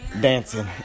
dancing